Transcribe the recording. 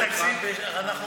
תקציב 2019 עבר.